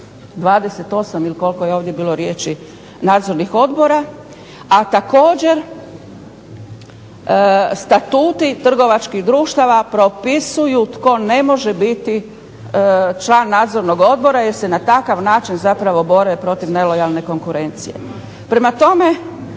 28 ili koliko je ovdje bilo riječi nadzornih odbora, a također statuti trgovačkih društava propisuje tko ne može biti član nadzornog odbora jer se na takav način bore protiv nelojalne konkurencije.